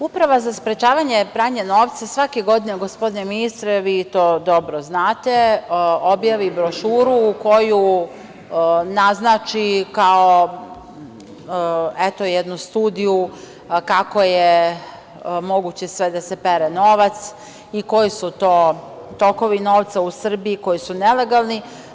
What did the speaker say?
Uprava za sprečavanje pranja novca svake godine, gospodine ministre, vi to dobro znate, objavi brošuru koju naznači kao jednu studiju kako je moguće sve da se pere novac i koji su to tokovi novca u Srbiji koji su nelegalni.